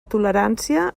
tolerància